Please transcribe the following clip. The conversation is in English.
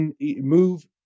move